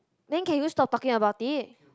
then can you stop talking about it